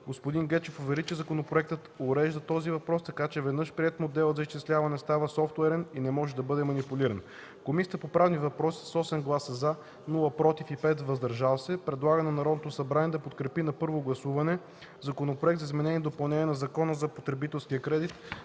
Господин Гечев увери, че законопроектът урежда този въпрос така, че веднъж приет моделът за изчисление става софтуерен и не може да бъде манипулиран. Комисия по правни въпроси с 8 гласа „за”, без „против” и 5 „въздържали се” предлага на Народното събрание да подкрепи на първо гласуване Законопроект за изменение и допълнение на Закона за потребителския кредит,